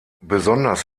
besonders